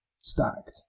stacked